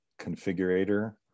configurator